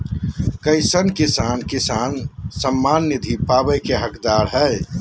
कईसन किसान किसान सम्मान निधि पावे के हकदार हय?